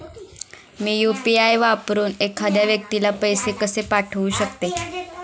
मी UPI वापरून एखाद्या व्यक्तीला पैसे कसे पाठवू शकते?